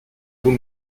vous